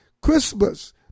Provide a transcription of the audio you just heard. Christmas